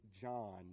John